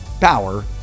power